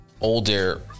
Older